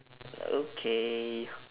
okay